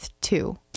two